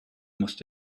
must